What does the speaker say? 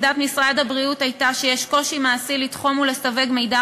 עמדת משרד הבריאות הייתה שיש קושי מעשי לתחום ולסווג מידע